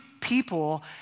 people